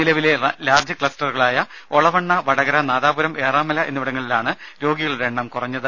നിലവിലെ ലാർജ് ക്ലസ്റ്ററുകളായ ഒളവണ്ണ വടകര നാദാപുരം ഏറാമല എന്നിവിടങ്ങളിലാണ് രോഗികളുടെ എണ്ണം കുറഞ്ഞത്